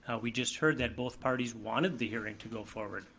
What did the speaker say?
ah we just heard that both parties wanted the hearing to go forward,